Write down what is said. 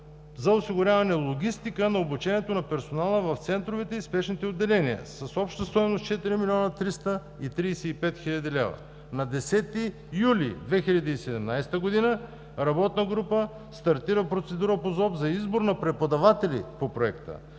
за осигуряване логистика на обучението на персонала в центровете и спешните отделения с обща стойност 4 млн. 335 хил. лв. На 10 юли 2017 г. работна група стартира процедура по ЗОП за избор на преподаватели по проекта.